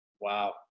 Wow